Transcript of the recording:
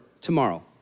tomorrow